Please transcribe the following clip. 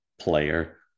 player